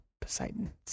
Poseidon